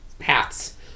hats